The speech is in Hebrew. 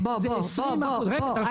זה 20% --- בוא,